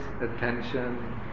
attention